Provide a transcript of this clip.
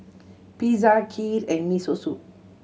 Pizza Kheer and Miso Soup